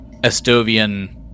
Estovian